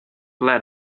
led